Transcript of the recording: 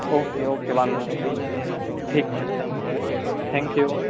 okay okay વાંધો નહીં ઠીક છે થેન્ક યુ